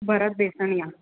Bharat Besaniya